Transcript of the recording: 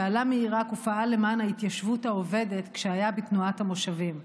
שעלה מעיראק ופעל למען ההתיישבות העובדת כשהיה בתנועת המושבים.